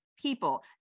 people